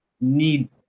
need